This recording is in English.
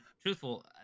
truthful